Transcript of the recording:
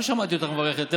לא שמעתי אותך מברכת.